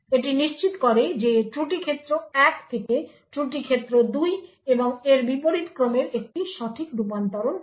এটি নিশ্চিত করে যে ত্রুটি ক্ষেত্র 1 থেকে ত্রুটি ক্ষেত্র 2 এবং এর বিপরীতক্রমের একটি সঠিক রূপান্তরণ আছে